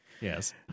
Yes